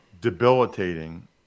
debilitating